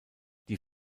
die